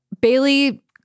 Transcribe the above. Bailey